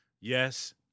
Yes